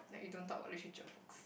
you don't talk about literature books